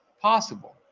possible